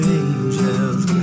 angels